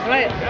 Right